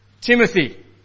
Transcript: Timothy